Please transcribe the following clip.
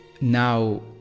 now